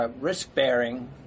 risk-bearing